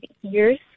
years